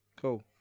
Cool